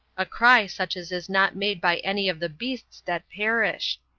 a cry such as is not made by any of the beasts that perish.